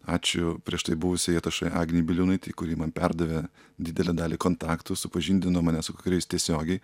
ačiū prieš tai buvusiai atašė agnei biliūnaitei kuri man perdavė didelę dalį kontaktų supažindino mane su kai kuriais tiesiogiai